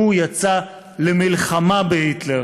הוא יצא למלחמה בהיטלר,